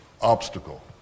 obstacle